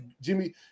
Jimmy